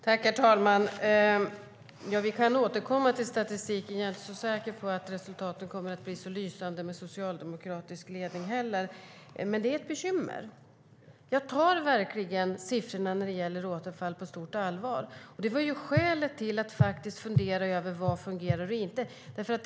Herr talman! Vi kan återkomma till statistiken. Jag är inte så säker på att resultaten heller kommer att bli så lysande med socialdemokratisk ledning. Det är ett bekymmer. Jag tar verkligen siffrorna när det gäller återfall på stort allvar. Det var skälet till att fundera över vad som fungerar och vad som inte fungerar.